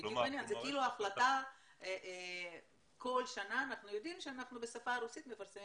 זה כאילו החלטה כל שנה שאנחנו יודעים שבשפה הרוסית אנחנו מפרסמים